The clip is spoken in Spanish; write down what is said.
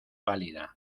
pálida